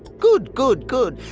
good, good, good.